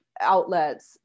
outlets